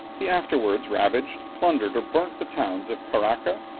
he afterwards ravaged, plundered, or burnt the towns of paraca,